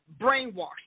brainwashed